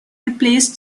replaced